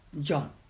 John